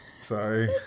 Sorry